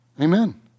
Amen